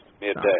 midday